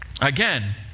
Again